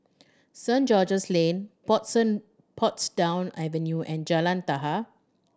Saint George's Lane Portsdown Avenue and Jalan